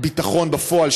ביטחון בפועל,